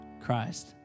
Christ